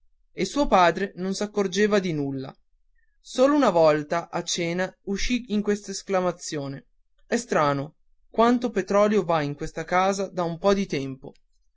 e suo padre non s'accorgeva di nulla solo una volta a cena uscì in quest'esclamazione è strano quanto petrolio va in questa casa da un po di tempo